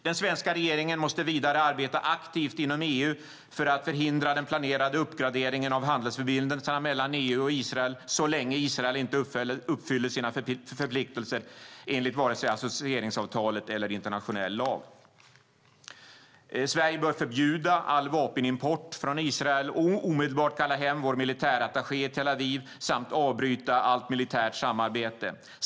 Den svenska regeringen måste vidare arbeta aktivt inom EU för att förhindra den planerade uppgraderingen av handelsförbindelserna mellan EU och Israel så länge Israel inte uppfyller sina förpliktelser enligt vare sig associeringsavtalet eller internationell lag. Sverige bör förbjuda all vapenimport från Israel och omedelbart kalla hem vår militärattaché i Tel Aviv samt avbryta allt militärt samarbete.